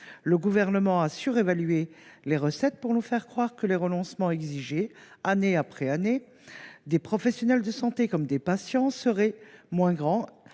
Le Gouvernement a surévalué les recettes pour nous faire croire que les renoncements exigés, année après année, des professionnels de santé comme des patients seraient moins grands